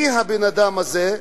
מי הבן-אדם הזה,